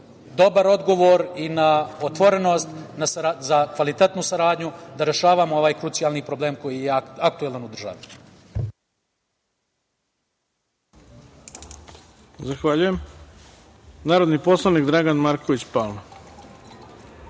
dobar odgovor i na otvorenost za kvalitetnu saradnju, da rešavamo ovaj krucijalni problem koji je aktuelan u državi.